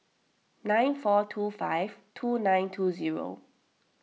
nine four two five two nine two zero